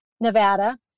Nevada